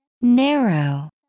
narrow